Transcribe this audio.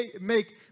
make